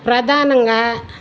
ప్రధానంగా